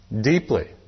deeply